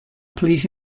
police